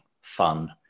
fun